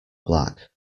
black